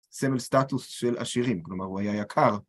סמל סטטוס של עשירים, כלומר הוא היה יקר.